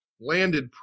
landed